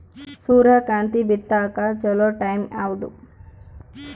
ಸೂರ್ಯಕಾಂತಿ ಬಿತ್ತಕ ಚೋಲೊ ಟೈಂ ಯಾವುದು?